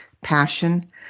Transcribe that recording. passion